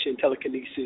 telekinesis